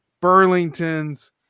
burlington's